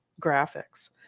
graphics